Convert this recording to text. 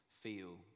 feel